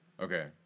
Okay